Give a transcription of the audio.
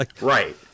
right